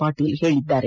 ಪಾಟೀಲ್ ಹೇಳಿದ್ದಾರೆ